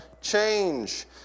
change